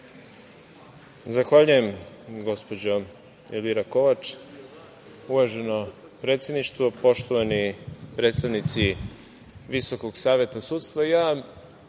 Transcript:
Zahvaljujem, gospođo Elvira Kovač. Uvaženo predsedništvo, poštovani predstavnici Visokog saveta sudstva, ja nisam